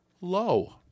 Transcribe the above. low